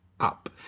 up